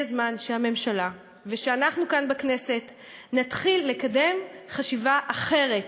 הזמן שהממשלה ושאנחנו כאן בכנסת נתחיל לקדם חשיבה אחרת,